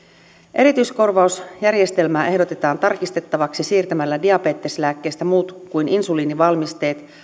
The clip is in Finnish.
erityiskorvausjärjestelmää ehdotetaan tarkistettavaksi siirtämällä diabeteslääkkeistä muut kuin insuliinivalmisteet